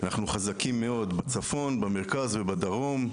אנחנו חזקים מאוד בצפון, במרכז ובדרום.